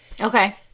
okay